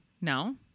No